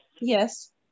Yes